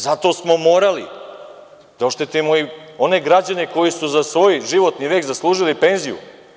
Zato smo morali da oštetimo i one građane koji su za svoj životni vek zaslužili penziju.